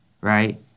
right